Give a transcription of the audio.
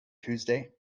tuesday